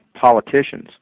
politicians